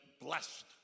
blessed